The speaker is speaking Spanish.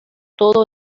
todo